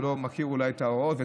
הוא לא מכיר אולי את ההוראות,